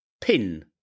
pin